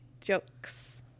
Jokes